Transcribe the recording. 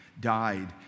died